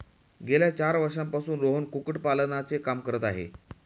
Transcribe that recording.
गेल्या चार वर्षांपासून रोहन कुक्कुटपालनाचे काम करत आहे